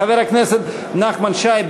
חבר הכנסת נחמן שי,